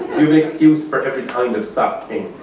we will excuse for every kind of sap thing.